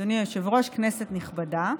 אדוני היושב-ראש, כנסת נכבדה,